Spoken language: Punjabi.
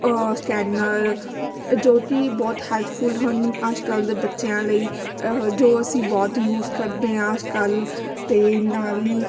ਸਕੈਨਰ ਅ ਜੋ ਕਿ ਬਹੁਤ ਹੈਲਪਫੁਲ ਹਨ ਅੱਜ ਕੱਲ੍ਹ ਦੇ ਬੱਚਿਆਂ ਅਹ ਲਈ ਜੋ ਅਸੀਂ ਬਹੁਤ ਯੂਜ਼ ਕਰਦੇ ਹਾਂ ਅੱਜ ਕੱਲ੍ਹ ਅਤੇ ਨਾਲ ਹੀ